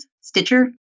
Stitcher